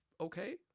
okay